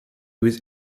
was